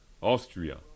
Austria